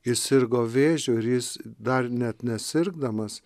jis sirgo vėžiu ir jis dar net ne sirgdamas